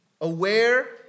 aware